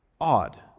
odd